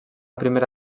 primera